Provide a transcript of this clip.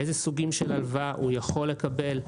איזה סוגים של הלוואה הוא יכול לקבל,